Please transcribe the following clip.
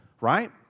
right